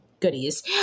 goodies